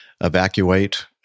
evacuate